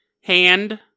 hand